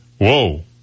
Whoa